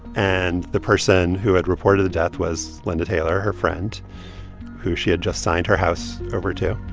and the person who had reported the death was linda taylor, her friend who she had just signed her house over to.